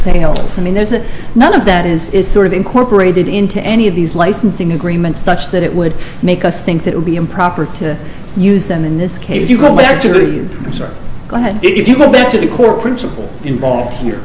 sales i mean there's that none of that is is sort of incorporated into any of these licensing agreements such that it would make us think that would be improper to use them in this case if you go back to the research go ahead if you go back to the core principle involved here